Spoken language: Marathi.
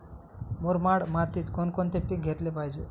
मुरमाड मातीत कोणकोणते पीक घेतले पाहिजे?